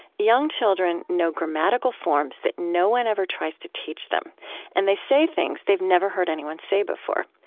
young children know grammatical forms that no one ever tries to teach them and they say things they've never heard anyone say before.